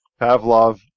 Pavlov